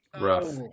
Rough